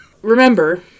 Remember